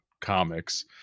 comics